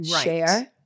share